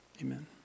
Amen